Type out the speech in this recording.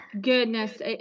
Goodness